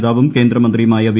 നേതാവും കേന്ദ്ര മന്ത്രിയുമായ വി